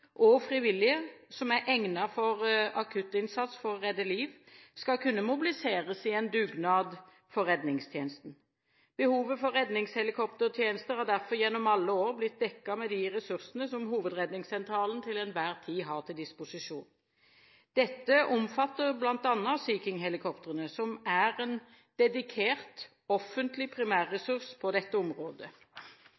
og frivillige – som er egnet for akuttinnsats for å redde liv, skal kunne mobiliseres i en dugnad for redningstjenesten. Behovet for redningshelikoptertjenester har derfor gjennom alle år blitt dekket med de ressursene som Hovedredningssentralen til enhver tid har til disposisjon. Dette omfatter bl.a. Sea King-helikoptrene, som er en dedikert offentlig